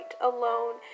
alone